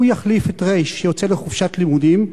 הוא יחליף את ר' שיוצא לחופשת לימודים,